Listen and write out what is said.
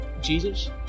Jesus